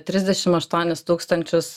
trisdešim aštuonis tūkstančius